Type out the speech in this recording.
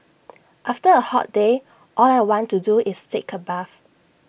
after A hot day all I want to do is take A bath